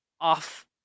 off